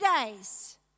days